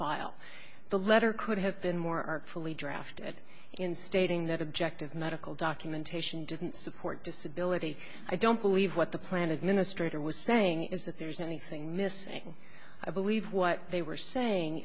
file the letter could have been more artfully drafted in stating that objective medical documentation didn't support disability i don't believe what the plan administrator was saying is that there's anything missing i believe what they were saying